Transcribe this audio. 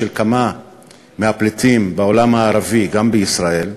של כמה מהפליטים בעולם הערבי גם בישראל,